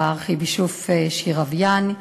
הארכיבישוף שירוואניאן,